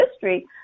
history